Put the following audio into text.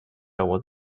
was